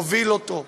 מוביל אותו,